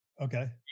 Okay